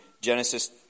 Genesis